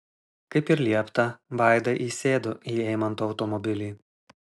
kaip ir liepta vaida įsėdo į eimanto automobilį